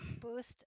Boost